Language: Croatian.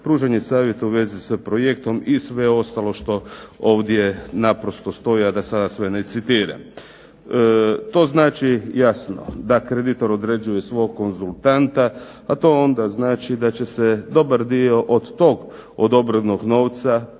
pružanje savjeta u vezi sa projektom i sve ostalo što ovdje naprosto stoji da sve ne citiram. To znači jasno da kreditor određuje svog konzultanta a to onda znači da će se dobar dio od tog odobrenog novca